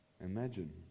Imagine